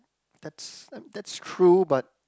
that's that's true but